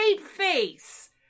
face